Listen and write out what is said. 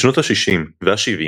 בשנות ה-60 וה-70,